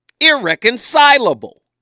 irreconcilable